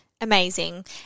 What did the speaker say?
Amazing